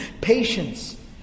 patience